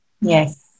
Yes